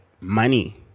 money